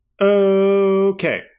Okay